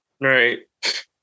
Right